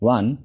One